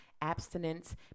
abstinence